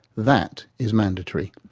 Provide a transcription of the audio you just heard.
that is mandatory.